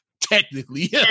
Technically